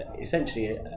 essentially